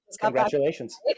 Congratulations